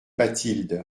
bathilde